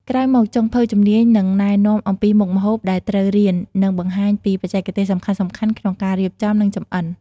ក្រោយមក ចុងភៅជំនាញនឹងណែនាំអំពីមុខម្ហូបដែលត្រូវរៀន និងបង្ហាញពីបច្ចេកទេសសំខាន់ៗក្នុងការរៀបចំ និងចម្អិន ។